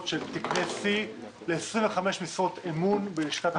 של תקני שיא ל-25 משרות אמון בלשכת השר.